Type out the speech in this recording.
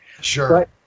Sure